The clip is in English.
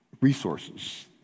resources